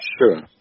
Sure